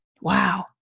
Wow